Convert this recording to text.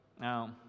now